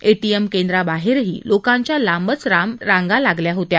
ATM केंद्राबाहेरही लोकांच्या लांब रांगा लागल्या होत्या